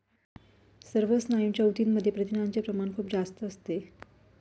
सर्व स्नायूंच्या ऊतींमध्ये प्रथिनांचे प्रमाण खूप जास्त असते